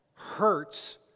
hurts